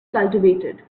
cultivated